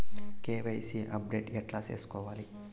KYC update ఎట్లా సేసుకోవాలి?